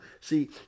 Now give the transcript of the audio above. see